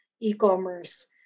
e-commerce